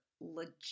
Legit